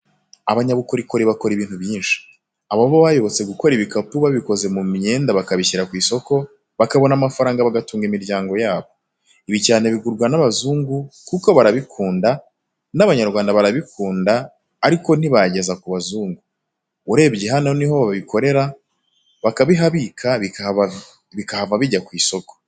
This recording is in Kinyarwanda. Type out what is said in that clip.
Abanyabukorikori bakora ibintu byinshi, ababo bayobotse gukora ibikapu babikoze mu myenda maze bakabishyira ku isoko, bakabona amafaranga bagatunga imiryango yabo. Ibi cyane bigurwa n'abazungu kuko barabikunda n'Abanyarwanda barabikunda ariko ntibageza ku bazungu. Urebye hano ni ho babikorera, bakabihabika bikahava bijya ku isoko.